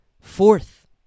fourth